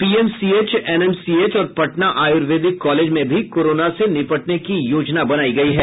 PMCH NMCH और पटना आयुर्वेदिक college में भी कोरोना से निपटने की योजना बनायी गयी है